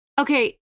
Okay